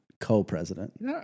co-president